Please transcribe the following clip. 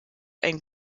ein